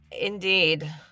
indeed